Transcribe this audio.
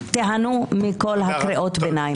תיהנו מכל הקריאות ביניים.